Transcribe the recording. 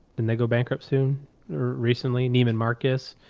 and they go bankrupt soon or recently neiman marcus,